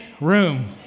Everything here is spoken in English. room